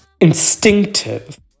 instinctive